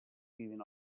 giving